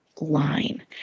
line